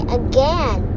again